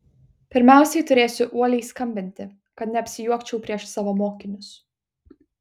pirmiausiai turėsiu uoliai skambinti kad neapsijuokčiau prieš savo mokinius